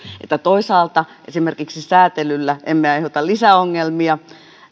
että toisaalta esimerkiksi säätelyllä emme aiheuta lisäongelmia